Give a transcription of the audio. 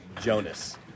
Jonas